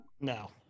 no